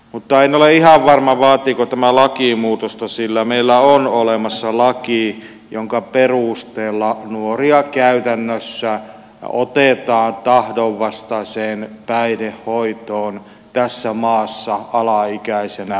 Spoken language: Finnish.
mutta en ole ihan varma vaatiiko tämä lakimuutosta sillä meillä on olemassa laki jonka perusteella nuoria käytännössä otetaan tahdonvastaiseen päihdehoitoon tässä maassa alaikäisenä joka ikinen päivä